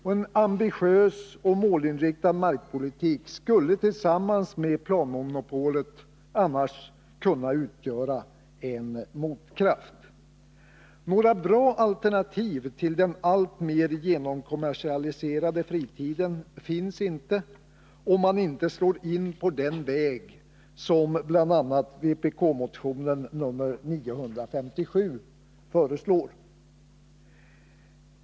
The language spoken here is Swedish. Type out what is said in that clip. En ambitiös och målinriktad markpolitik skulle tillsammans med planmonopolet annars kunna utgöra en motkraft. Några bra alternativ till den alltmer genomkommersialiserade fritiden finns inte, om man inte slår in på den väg som bl.a. vpk-motionen nr 957 föreslår.